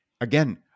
again